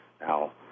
Now